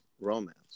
romance